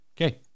Okay